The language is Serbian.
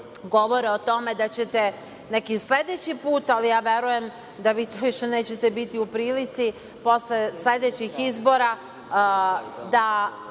govore o tome da ćete neki sledeći put, ali ja verujem da vi to više nećete biti u prilici posle sledećih izbora, da